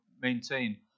maintain